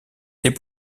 les